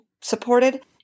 supported